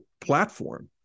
platform